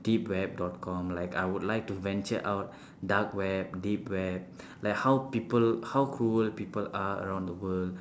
deep web dot com like I would like to venture out dark web deep web like how people how cruel people are around the world